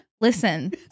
Listen